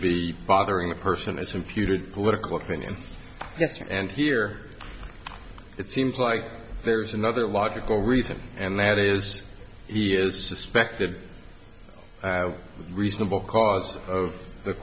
be bothering the person is imputed political opinion yes and here it seems like there's another logical reason and that is he is suspected of reasonable cause of the